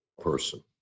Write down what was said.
person